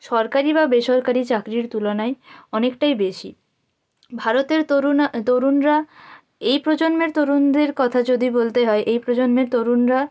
সরকারি বা বেসরকারি চাকরির তুলনায় অনেকটাই বেশি ভারতের তরুণ তরুণরা এই প্রজন্মের তরুণদের কথা যদি বলতে হয় এই প্রজন্মের তরুণরা